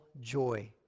joy